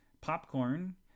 Popcorn